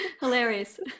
Hilarious